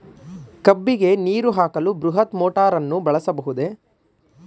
ಕಬ್ಬಿಗೆ ನೀರು ಹಾಕಲು ಬೃಹತ್ ಮೋಟಾರನ್ನು ಬಳಸಬಹುದೇ?